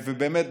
ובאמת,